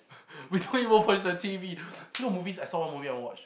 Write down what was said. we don't even watch the T_V still got movies I saw one movie I want to watch